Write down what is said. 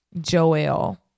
Joel